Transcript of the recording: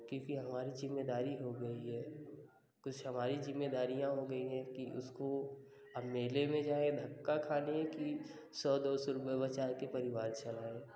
क्योंकि हमारी जिम्मेदारी हो गई है कुछ हमारी जिम्मेदारियाँ हो गई है कि उसको अब मेले में जाए धक्का खाने की सौ दो रूपए बचा के परिवार चलाएं